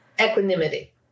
equanimity